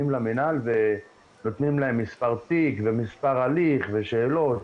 למינהל ונותנים להם מספר תיק ומספר הליך ושאלות,